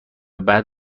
بعد